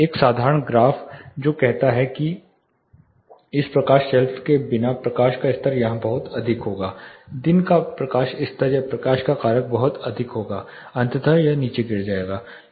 एक साधारण ग्राफ जो कहता है कि इस प्रकाश शेल्फ के बिना प्रकाश का स्तर यहाँ बहुत अधिक होगा दिन का प्रकाश स्तर या प्रकाश का कारक बहुत अधिक होगा अंततः यह नीचे गिर जाएगा